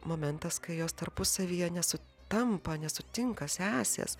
momentas kai jos tarpusavyje nesu tampa nesutinka sesės